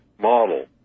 model